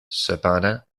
cependant